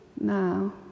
now